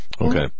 okay